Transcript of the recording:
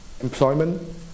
employment